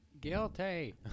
Guilty